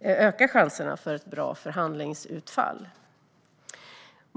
öka chanserna för ett bra förhandlingsutfall.